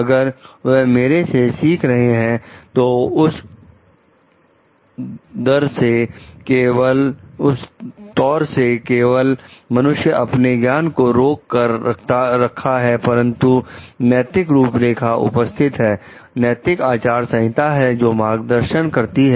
अगर वह मेरे से सीख रहे हैं तो उस दर से केवल मनुष्य अपने ज्ञान को रोक कर रखा है परंतु नैतिक रूपरेखा उपस्थित है नैतिक आचार संहिता है जो मार्गदर्शन करती है